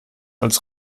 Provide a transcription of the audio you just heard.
als